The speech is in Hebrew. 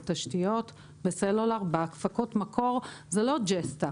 בתשתיות, בסלולר, בהפקות מקור, זה לא ג'סטה.